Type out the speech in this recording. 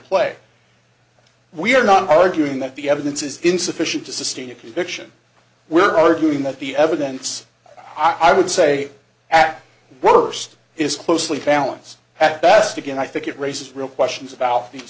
play we're not arguing that the evidence is insufficient to sustain a conviction we're arguing that the evidence i would say at worst is closely balance at best again i think it raises real questions about the